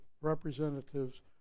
representatives